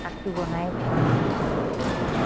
কাৰ্ডটো বনাই কৰি লৈ